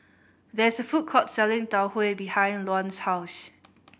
there is a food court selling Tau Huay behind Luann's house